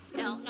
no